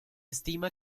estima